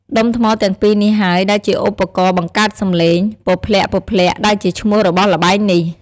ដុំថ្មទាំងពីរនេះហើយដែលជាឧបករណ៍បង្កើតសំឡេង "ពព្លាក់ៗ" ដែលជាឈ្មោះរបស់ល្បែងនេះ។